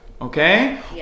okay